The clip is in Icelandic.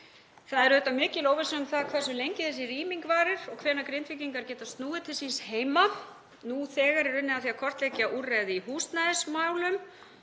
Það er auðvitað mikil óvissa um það hversu lengi þessi rýming varir og hvenær Grindvíkingar geta snúið til síns heima. Nú þegar er unnið að því að kortleggja úrræði í húsnæðismálum